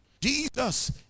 Jesus